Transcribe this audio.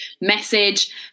message